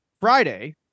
Friday